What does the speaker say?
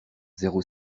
zéro